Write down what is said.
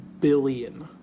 billion